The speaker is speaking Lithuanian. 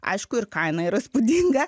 aišku ir kaina yra įspūdinga